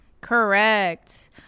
Correct